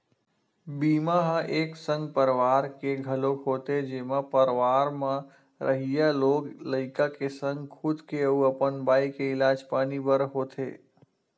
बीमा ह एक संग परवार के घलोक होथे जेमा परवार म रहइया लोग लइका के संग खुद के अउ अपन बाई के इलाज पानी बर होथे